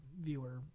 viewer